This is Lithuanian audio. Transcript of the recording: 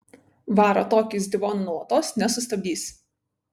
varo tokį izdivoną nuolatos nesustabdysi